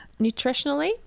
nutritionally